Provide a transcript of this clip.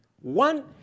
One